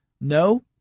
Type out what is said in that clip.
No